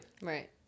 Right